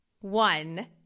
one